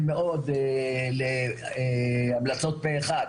מעניין מאד להמלצות פה אחד,